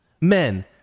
Men